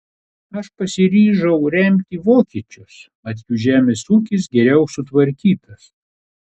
aš pasiryžau remti vokiečius mat jų žemės ūkis geriau sutvarkytas